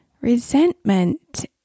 resentment